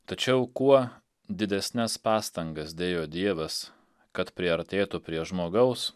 tačiau kuo didesnes pastangas dėjo dievas kad priartėtų prie žmogaus